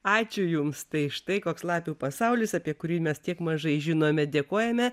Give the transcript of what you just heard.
ačiū jums tai štai koks lapių pasaulis apie kurį mes tiek mažai žinome dėkojame